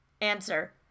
Answer